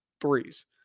Threes